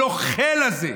הנוכל הזה,